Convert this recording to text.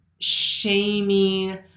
shamey